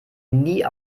nie